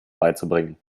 beizubringen